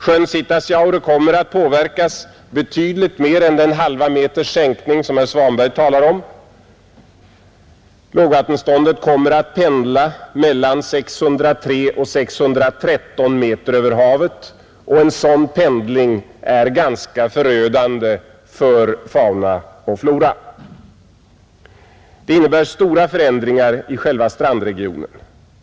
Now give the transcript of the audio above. Sjön Sitasjaure kommer att påverkas betydligt mer än den halva meters sänkning som herr Svanberg talar om. Lågvattenståndet kommer att pendla mellan 603 och 613 meter över havet, och en sådan pendling är ganska förödande för fauna och flora. Det innebär stora förändringar i själva strandregionen.